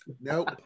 Nope